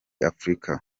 afurika